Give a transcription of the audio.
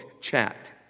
chat